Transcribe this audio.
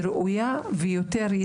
ראויה יותר,